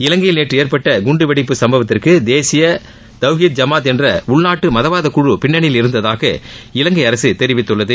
இலங்கையில் நேற்று ஏற்பட்ட குண்டுவெடிப்பு சம்பவத்துக்கு தேசிய தவ்ஹீத் ஜமாத் என்ற உள்நாட்டு மதவாதக்குழு பின்னணியில் இருந்ததாக இலங்கை அரசு தெரிவித்துள்ளது